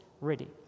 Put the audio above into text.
ready